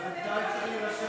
אבל בינתיים צריך להירשם,